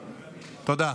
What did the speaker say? תודה.